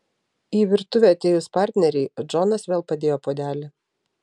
į virtuvę atėjus partnerei džonas vėl padėjo puodelį